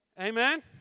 Amen